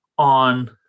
on